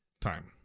time